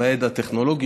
עם הידע הטכנולוגי,